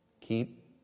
Keep